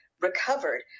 recovered